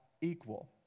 equal